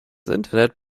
internet